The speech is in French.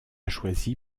choisie